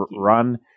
run